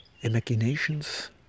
imaginations